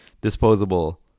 Disposable